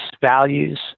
values